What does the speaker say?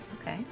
okay